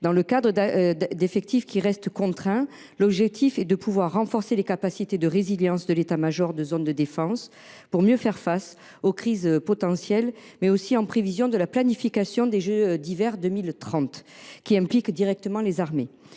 Dans le cadre d’effectifs contraints, l’objectif est de renforcer les capacités de résilience de l’état major de zone de défense, afin de mieux faire face aux crises potentielles, mais aussi en prévision de la planification des jeux Olympiques d’hiver de 2030, qui impliquent directement les armées.